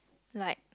like